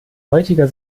heutiger